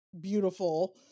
beautiful